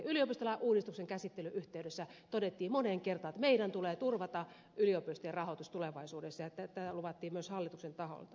yliopistolain uudistuksen käsittelyn yhteydessä todettiin moneen kertaan että meidän tulee turvata yliopistojen rahoitus tulevaisuudessa ja tätä luvattiin myös hallituksen taholta